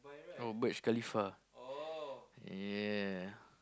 oh Burj-Khalifa ya